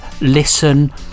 listen